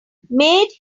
made